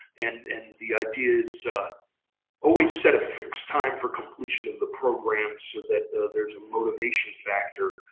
and and the idea is always set a fixed time for completion of the program, so that there is a motivation factor.